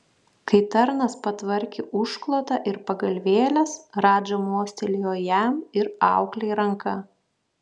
kai tarnas patvarkė užklotą ir pagalvėles radža mostelėjo jam ir auklei ranka